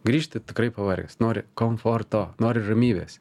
grįžti tikrai pavargęs nori komforto nori ramybės